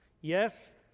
Yes